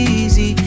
easy